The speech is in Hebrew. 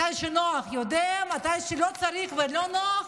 מתי שנוח, יודע, מתי שלא צריך ולא נוח,